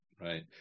right